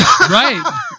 Right